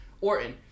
Orton